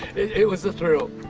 it was a thrill.